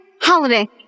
holiday